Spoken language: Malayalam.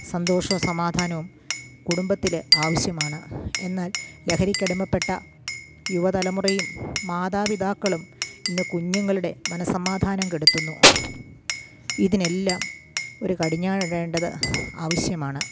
സന്തോഷവും സമാധാനവും കുടുംബത്തിൽ ആവശ്യമാണ് എന്നാൽ ലഹരിക്കടിമപ്പെട്ട യുവതലമുറയും മാതാപിതാക്കളും ഇന്ന് കുഞ്ഞുങ്ങളുടെ മനസ്സമാധാനം കെടുത്തുന്നു ഇതിനെല്ലാം ഒരു കടിഞ്ഞാണിടേണ്ടത് ആവശ്യമാണ്